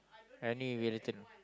any relation